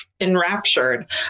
enraptured